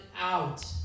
out